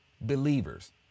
believers